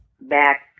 back